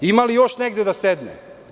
Ima li još negde da sedne.